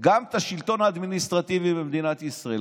גם את השלטון האדמיניסטרטיבי במדינת ישראל,